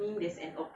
wear